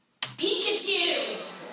Pikachu